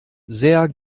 sehr